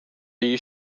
you